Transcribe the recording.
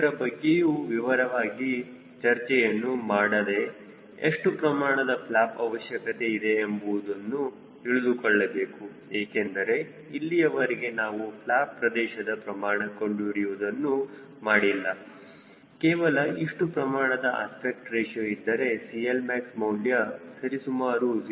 ಇದರ ಬಗ್ಗೆಯೂ ವಿವರವಾಗಿ ಚರ್ಚೆಯನ್ನು ಮಾಡದೆ ಎಷ್ಟು ಪ್ರಮಾಣದ ಫ್ಲ್ಯಾಪ್ ಅವಶ್ಯಕತೆ ಇದೆ ಎಂಬುದನ್ನು ತಿಳಿದುಕೊಳ್ಳಬೇಕು ಏಕೆಂದರೆ ಇಲ್ಲಿಯವರೆಗೆ ನಾವು ಫ್ಲ್ಯಾಪ್ ಪ್ರದೇಶದ ಪ್ರಮಾಣ ಕಂಡು ಹಿಡಿಯುವುದನ್ನು ಮಾಡಿಲ್ಲ ಕೇವಲ ಇಷ್ಟು ಪ್ರಮಾಣದ ಅಸ್ಪೆಕ್ಟ್ ರೇಶಿಯೋ ಇದ್ದರೆ CLmax ಮೌಲ್ಯ ಸರಿ ಸುಮಾರು 0